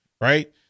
right